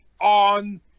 on